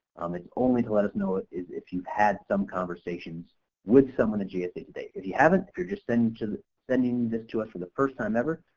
um it's only to let us know is if you've had some conversations with someone at gsa to date, if you haven't, if you're just and sending this to us for the first time ever,